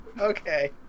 Okay